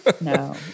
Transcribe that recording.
No